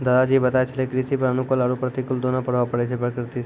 दादा जी बताय छेलै कृषि पर अनुकूल आरो प्रतिकूल दोनों प्रभाव पड़ै छै प्रकृति सॅ